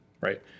right